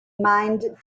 mined